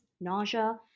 nausea